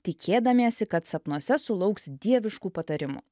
tikėdamiesi kad sapnuose sulauks dieviškų patarimų